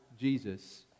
Jesus